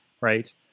right